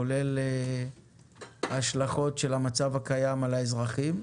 כולל השלכות של המצב הקיים על האזרחים.